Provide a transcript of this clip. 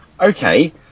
okay